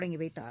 தொடங்கிவைத்தார்